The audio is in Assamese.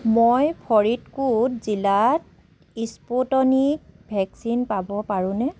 মই ফৰিদকোট জিলাত স্পুটনিক ভেকচিন পাব পাৰোঁনে